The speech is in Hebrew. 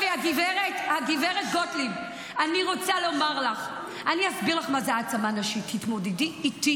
חוק טלי גוטליב, כל פעם שטלי מתפרצת,